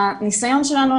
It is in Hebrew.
הנסיון שלנו,